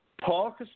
Paul